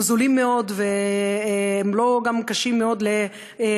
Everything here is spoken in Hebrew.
זולים מאוד והם גם לא קשים מאוד לפענוח.